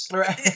right